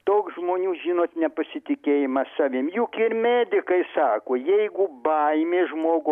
toks žmonių žinot nepasitikėjimas savim juk ir medikai sako jeigu baimė žmogų